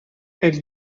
elle